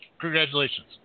Congratulations